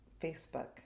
Facebook